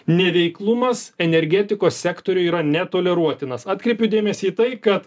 neveiklumas energetikos sektoriuj yra netoleruotinas atkreipiu dėmesį į tai kad